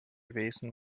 wesen